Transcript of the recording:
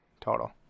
total